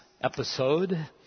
episode